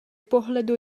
pohledu